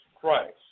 Christ